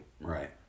Right